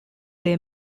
they